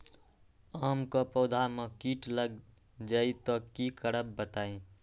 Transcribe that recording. आम क पौधा म कीट लग जई त की करब बताई?